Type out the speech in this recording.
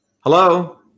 Hello